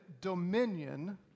dominion